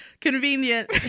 convenient